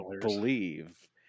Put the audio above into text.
believe